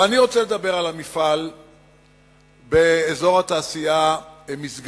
אבל אני רוצה לדבר על המפעל באזור התעשייה משגב